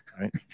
right